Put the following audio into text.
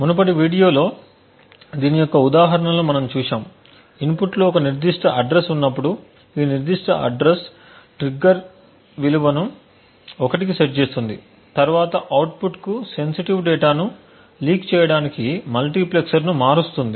మునుపటి వీడియోలలో దీని యొక్క ఉదాహరణలను మనము చూశాము ఇన్పుట్ లో ఒక నిర్దిష్ట అడ్రస్ ఉన్నప్పుడు ఈ నిర్దిష్ట అడ్రస్ ట్రిగ్గర్ విలువను 1 కు సెట్ చేస్తుంది తరువాత అవుట్పుట్కు సెన్సిటివ్ డేటాను లీక్ చేయడానికి మల్టీప్లెక్సర్ను మారుస్తుంది